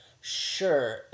Sure